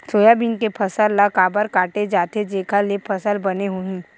Soybean के फसल ल काबर काटे जाथे जेखर ले फसल बने होही?